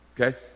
Okay